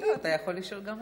אתה יכול לשאול גם אותי.